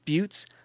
buttes